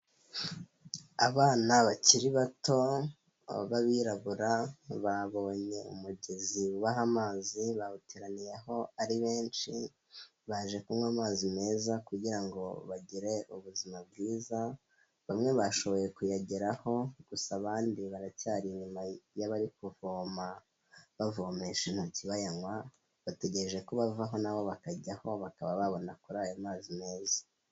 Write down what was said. Abana bakiri bato b'abirabura babonye umugezi ubaha amazi bawuteraniyeho ari benshi, baje kunywa amazi meza kugira ngo bagire ubuzima bwiza, bamwe bashoboye kuyageraho, gusa abandi baracyari inyuma y'abari kuvoma bavomesha intoki bayanywa, bategereje ko bavaho na bo bakajyaho bakaba babona kuri ayo mazi meza.